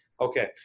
okay